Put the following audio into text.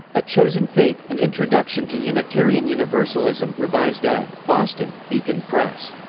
a chosen faith an introduction to unitarian universalism revised ed. boston beacon press.